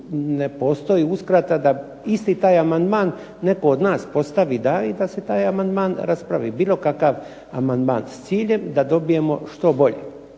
ne postoji uskrata da isti taj amandman netko od nas postavi i daje, i da se taj amandman raspravi, bilo kakav amandman, s ciljem da dobijemo što bolje.